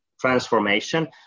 transformation